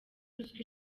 ruswa